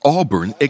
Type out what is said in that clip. Auburn